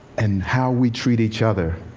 and how we treat each other